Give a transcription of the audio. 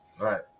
Right